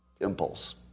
impulse